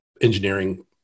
engineering